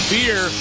Beer